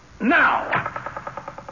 now